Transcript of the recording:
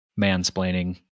mansplaining